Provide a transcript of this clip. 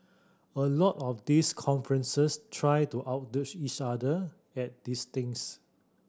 a lot of these conferences try to outdo each other at these things